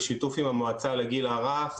בשיתוף עם המועצה לגיל הרך,